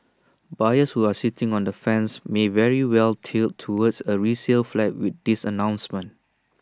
buyers who are sitting on the fence may very well tilt towards A resale flat with this announcement